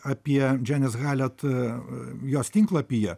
apie džeinės hamlet jos tinklapyje